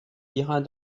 iras